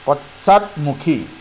পশ্চাদমুখী